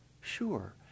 Sure